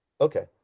Okay